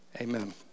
Amen